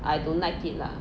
I don't like it lah